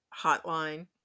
hotline